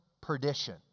perdition